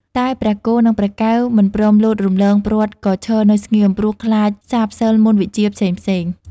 តែព្រះគោ និង ព្រះកែវមិនព្រមលោតរំលងព្រ័ត្រក៏ឈរនៅស្ងៀមព្រោះខ្លាចសាបសិល្ប៍មន្ដវិជ្ជាផ្សេងៗ។